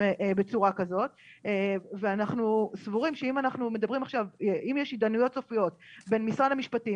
בצורה כזאת ואנחנו סבורים שאם יש התדיינויות סופיות בין משרד המשפטים